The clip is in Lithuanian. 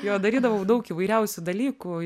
jo darydavau daug įvairiausių dalykų